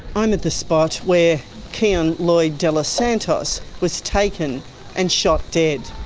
i'm at the spot where kian loyd delos santos was taken and shot dead.